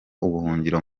ubuhungiro